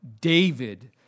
David